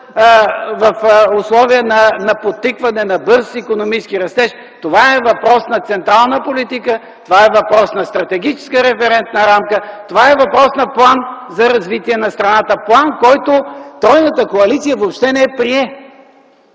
в условия на подтикване на бърз икономически растеж, това е въпрос на централна политика, това е въпрос на стратегическа референтна рамка, това е въпрос на План за развитие на страната. План, който тройната коалиция въобще не прие.